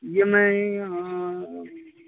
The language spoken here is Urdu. یہ میں